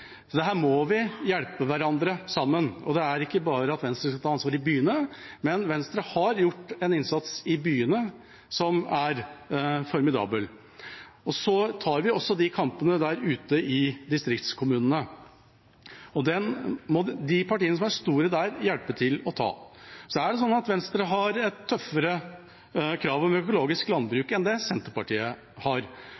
Her må vi hjelpe hverandre, sammen. Det er ikke bare Venstres ansvar i byene, men Venstre har gjort en formidabel innsats i byene. Vi tar også de kampene der ute i distriktskommunene, men den må partiene som er store der, hjelpe til å ta. Venstre har et tøffere krav om økologisk